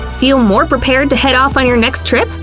feel more prepared to head off on your next trip?